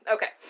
Okay